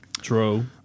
True